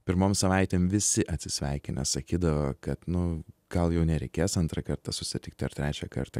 pirmom savaitėm visi atsisveikinę sakydavo kad nu gal jau nereikės antrą kartą susitikti ar trečią kartą